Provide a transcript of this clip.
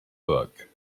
book